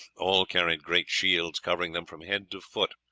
all carried great shields covering them from head to foot.